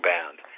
Band